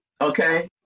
okay